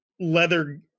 leather